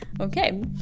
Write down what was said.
okay